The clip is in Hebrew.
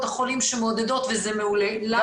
החולים שמעודדות וזה מעולה -- גם מד"א.